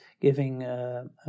giving